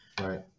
Right